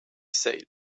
said